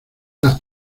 las